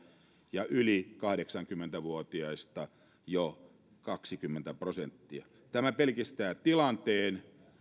ja yli kahdeksankymmentä vuotiaista jo kaksikymmentä prosenttia tämä pelkistää tilanteen